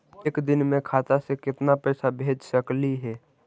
एक दिन में खाता से केतना पैसा भेज सकली हे?